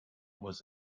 was